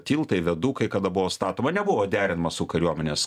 tiltai viadukai kada buvo statoma nebuvo derinama su kariuomenės